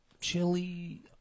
chili